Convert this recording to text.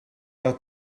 gael